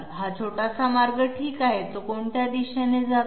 हा छोटासा मार्ग ठीक आहे तो कोणत्या दिशेने जातो